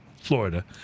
Florida